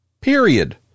period